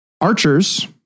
archers